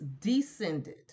descended